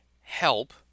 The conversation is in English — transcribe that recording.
help